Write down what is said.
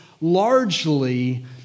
largely